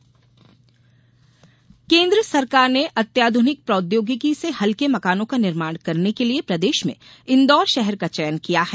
मकान चयन केन्द्र सरकार ने अत्याधुनिक प्रौद्योगिकी से हल्के मकानों का निर्माण करने के लिये प्रदेश में इंदौर शहर का चयन किया है